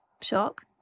shock